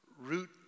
root